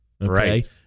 Right